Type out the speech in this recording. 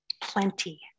plenty